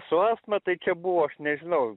su astma tai čia buvo aš nežinau